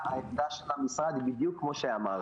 העמדה של המשרד היא בדיוק כמו שאמרתי,